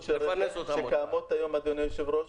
------- שקיימות היום, אדוני היושב-ראש,